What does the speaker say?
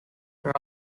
there